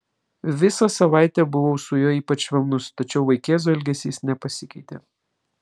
visą savaitę buvau su juo ypač švelnus tačiau vaikėzo elgesys nepasikeitė